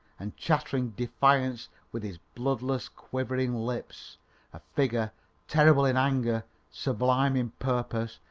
and chattering defiance with his bloodless, quivering lips a figure terrible in anger, sublime in purpose,